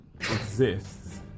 exists